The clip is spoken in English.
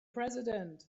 president